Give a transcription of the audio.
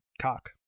cock